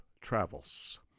Travels